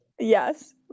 Yes